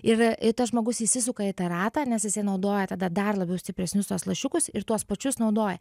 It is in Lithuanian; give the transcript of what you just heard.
ir tas žmogus įsisuka į tą ratą nes jisai naudoja tada dar labiau stipresnius tuos lašiukus ir tuos pačius naudoja